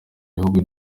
bihugu